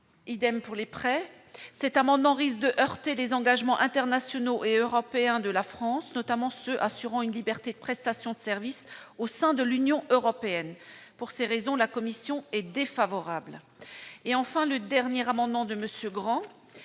adopté, cet amendement risquerait de heurter les engagements internationaux et européens de la France, notamment ceux qui assurent une liberté de prestation de services au sein de l'Union européenne. Pour cette raison, la commission y est défavorable. L'amendement n° 81 de M. Grand